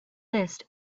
list